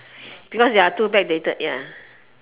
because they are too backdated ya